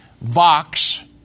Vox